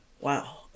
wow